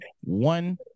one